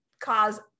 cause